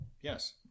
Yes